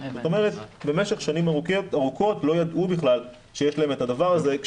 זאת אומרת במשך שנים ארוכות הם לא ידעו בכלל שיש להם את הדבר הזה.